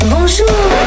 Bonjour